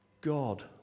God